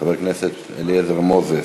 חבר הכנסת אליעזר מוזס,